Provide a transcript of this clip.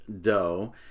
dough